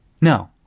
No